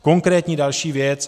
Konkrétní další věc.